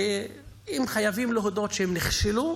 ואם חייבים, להודות שהם נכשלו,